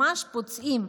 ממש פוצעים,